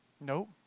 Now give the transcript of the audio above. Nope